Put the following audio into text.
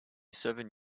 seven